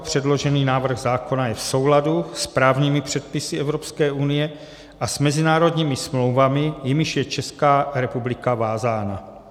Předložený návrh zákona je v souladu s právními předpisy Evropské unie a s mezinárodními smlouvami, jimiž je Česká republika vázána.